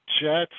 Jets